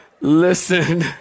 Listen